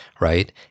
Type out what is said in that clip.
right